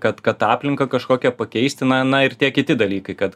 kad kad tą aplinką kažkokią pakeisti na na ir tie kiti dalykai kad